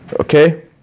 Okay